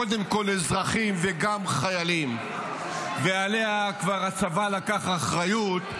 קודם כול אזרחים וגם חיילים עליה הצבא כבר לקח אחריות.